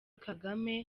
kagame